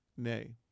Nay